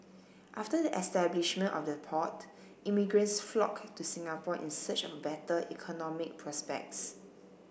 after the establishment of the port immigrants flocked to Singapore in search of better economic prospects